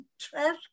trash